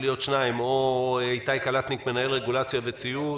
או רו"ח איתי קלטניק, מנהל רגולציה וציות,